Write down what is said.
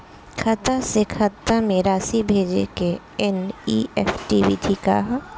खाता से खाता में राशि भेजे के एन.ई.एफ.टी विधि का ह?